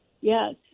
Yes